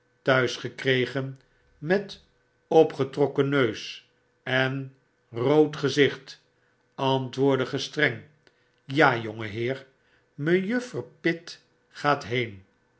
t'huis gekregen met opgetrokken neus en rood gezicht antwoordde gestrerig ja jongeheer mejuffer pitt gaat heen